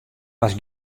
hast